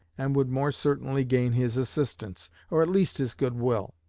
and would more certainly gain his assistance, or at least his good-will.